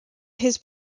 his